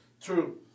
True